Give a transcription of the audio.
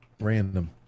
Random